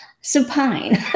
supine